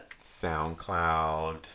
SoundCloud